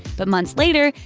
but months later,